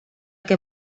que